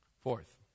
Fourth